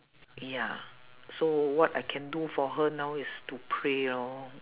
ya so what I can do for her now is to pray lor